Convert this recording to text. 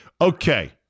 Okay